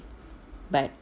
but